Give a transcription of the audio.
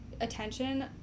attention